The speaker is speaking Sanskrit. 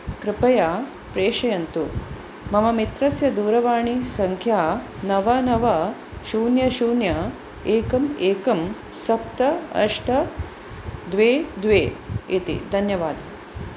कृपया प्रेषयन्तु मम मित्रस्य दूरवाणीसंख्या नव नव शून्यं शून्यं एकं एकं सप्त अष्ट द्वे द्वे इति धन्यवादः